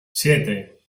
siete